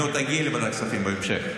אני עוד אגיע לוועדת הכספים בהמשך,